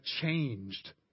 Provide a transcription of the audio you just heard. changed